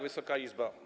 Wysoka Izbo!